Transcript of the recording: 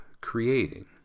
creating